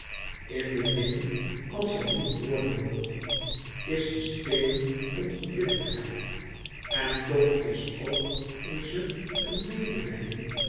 in de dingen als zij niet worden mogen is de steenen onverbiddelijkheid en toch is ook in ze een medelijden